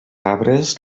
arbres